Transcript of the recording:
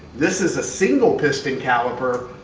this is a single-piston caliper,